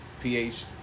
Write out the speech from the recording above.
pH